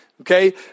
okay